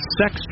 sex